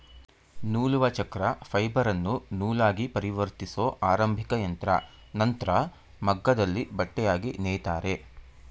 ನೂಲುವಚಕ್ರ ಫೈಬರನ್ನು ನೂಲಾಗಿಪರಿವರ್ತಿಸೊ ಆರಂಭಿಕಯಂತ್ರ ನಂತ್ರ ಮಗ್ಗದಲ್ಲಿ ಬಟ್ಟೆಯಾಗಿ ನೇಯ್ತಾರೆ